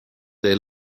they